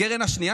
הקרן השנייה